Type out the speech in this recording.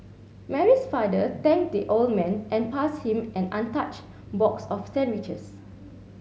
Mary's father thanked the old man and passed him an untouched box of sandwiches